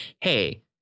Hey